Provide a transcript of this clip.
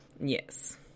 Yes